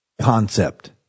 concept